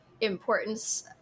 importance